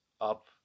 up